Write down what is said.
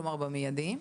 כלומר באופן מידי.